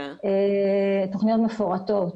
תוכניות מפורטות,